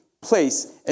place